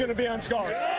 and be on scholarship.